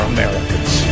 Americans